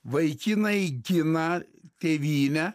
vaikinai gina tėvynę